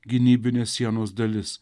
gynybinės sienos dalis